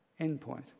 endpoint